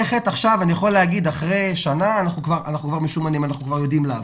אחרי שנה אנחנו משומנים ויודעים לעבוד.